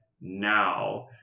now